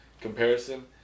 comparison